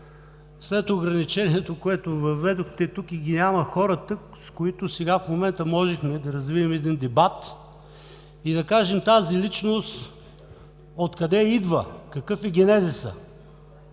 След ограничението, което въведохте, тук ги няма хората, с които сега в момента можехме да развием един дебат, и да кажем тази личност откъде идва, какъв е генезисът